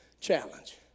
challenge